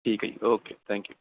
ਠੀਕ ਹੈ ਜੀ ਓਕੇ ਥੈਂਕ ਯੂ